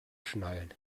schnallen